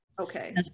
Okay